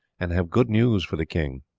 and have good news for the king.